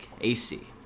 AC